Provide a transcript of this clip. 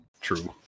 True